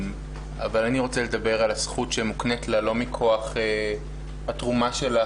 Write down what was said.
אבל אני רוצה לדבר על הזכות שמוקנית לה לא מכוח התרומה שלה